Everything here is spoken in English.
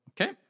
Okay